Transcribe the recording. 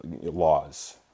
laws